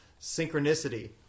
Synchronicity